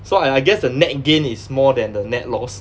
so I I guess the net gain is more than the net loss